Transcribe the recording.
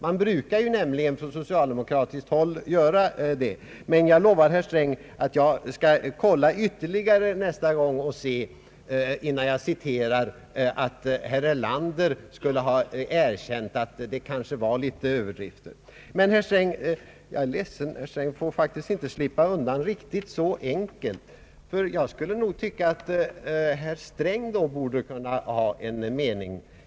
Man brukar nämligen från socialdemokratiskt håll ta tillbaka då. Jag lovar herr Sträng att jag skall kolla ytterligare nästa gång, innan jag citerar att herr Erlander skulle ha erkänt att det kanske förekom en del överdrifter. Men, herr Sträng, jag är ledsen, herr Sträng får faktiskt inte slippa undan riktigt så enkelt, ty jag tycker att han själv bör kunna ha en mening.